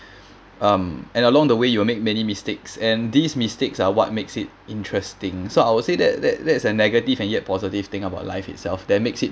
um and along the way you'll make many mistakes and these mistakes are what makes it interesting so I would say that that that's a negative and yet positive thing about life itself that makes it